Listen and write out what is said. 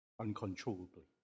uncontrollably